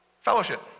Fellowship